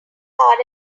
hard